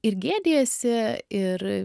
ir gėdijasi ir